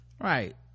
right